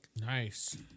Nice